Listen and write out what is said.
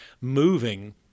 moving